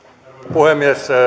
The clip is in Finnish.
puhemies